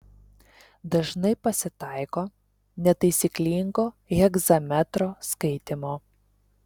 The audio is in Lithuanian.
dažnai pasitaiko netaisyklingo hegzametro skaitymo